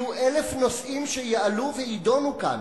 יהיו אלף נושאים שיעלו ויידונו כאן,